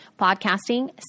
podcasting